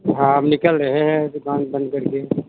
हाँ अब निकल रहे हैं दुकान बंद करके